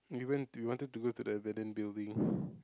we want to we wanted to go to the abandoned building